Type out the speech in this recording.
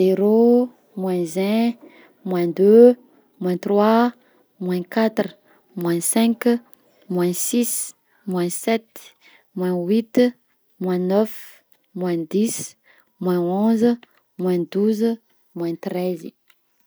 Zero, moins un, moins deux, moins trois, moins quatre, moins cinq, moins six, moins sept, moins huit, moins neuf, moins dix, moins onze, moins douze, moins treize